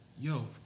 Yo